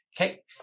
Okay